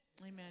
amen